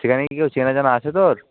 সেখানে কি কেউ চেনা জানা আছে তোর